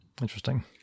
interesting